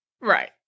Right